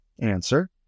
Answer